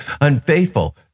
unfaithful